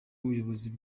ubuyobozi